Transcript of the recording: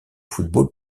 football